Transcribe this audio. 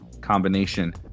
combination